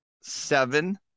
seven